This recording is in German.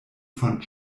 von